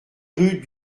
rue